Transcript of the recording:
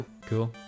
Cool